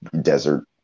desert